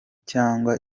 cyangwa